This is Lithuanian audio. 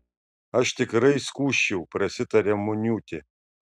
aš tikrai skųsčiau prasitarė muniūtė